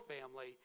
family